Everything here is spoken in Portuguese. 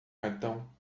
cartão